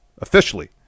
officially